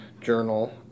journal